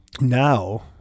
Now